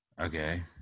Okay